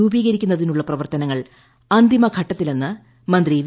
രൂപീകരിക്കുന്നതിനുള്ള പ്രവർത്തനങ്ങൾ അന്തിമഘട്ടത്തിലെന്ന് ിമന്ത്രി വി